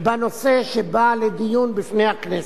בנושא שבא לדיון בפני הכנסת.